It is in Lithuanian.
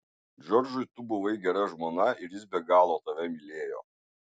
džordžui tu buvai gera žmona ir jis be galo tave mylėjo